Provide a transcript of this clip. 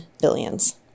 Billions